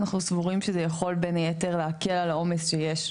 אנחנו סבורים שזה יכול בן היתר להקל על העומס שיש,